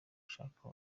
ushaka